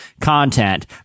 content